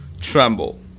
tremble